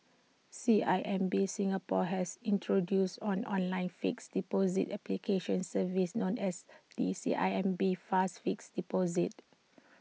C I M B Singapore has introduced on online fixed deposit application service known as the C I M B fast fixed deposit